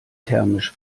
thermisch